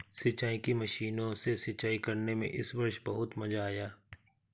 सिंचाई की मशीनों से सिंचाई करने में इस वर्ष बहुत मजा आया